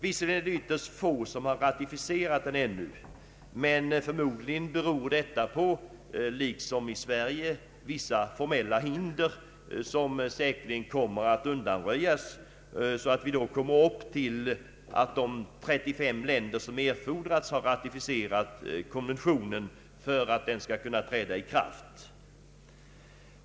Visserligen är det ytterst få som ännu har ratificerat dem, men förmodligen beror detta — liksom i Sveriges fall — på vissa formella hinder, som säkerligen kommer att undanröjas så att man kan komma upp till att 35 länder har ratificerat konventionerna, vilket erfordras för att de skall träda i kraft.